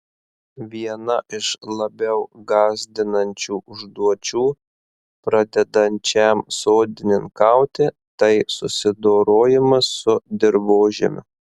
viena iš labiau gąsdinančių užduočių pradedančiam sodininkauti tai susidorojimas su dirvožemiu